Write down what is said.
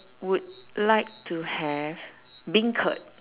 would like to have beancurd